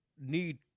need